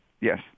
Yes